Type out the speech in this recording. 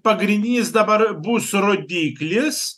pagrindinis dabar bus rodiklis